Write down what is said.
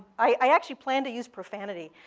i actually plan to use profanity.